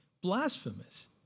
blasphemous